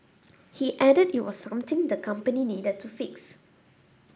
he added it was something the company needed to fix